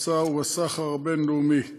בתוצר ובסחר הבין-לאומי;